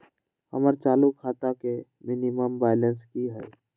हमर चालू खाता के मिनिमम बैलेंस कि हई?